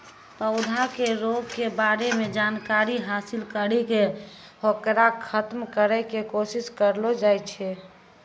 पौधा के रोग के बारे मॅ जानकारी हासिल करी क होकरा खत्म करै के कोशिश करलो जाय छै